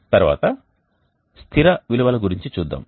తర్వాత స్థిర విలువల గురించి చూద్దాం